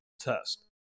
test